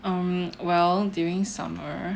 um well during summer